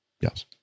Yes